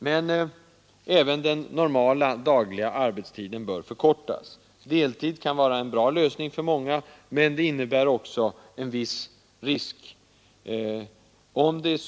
Men även den normala dagliga arbetstiden bör förkortas. Deltid kan vara en bra lösning för många, men det innebär också en viss risk.